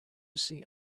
see